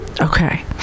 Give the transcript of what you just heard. Okay